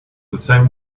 same